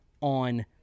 on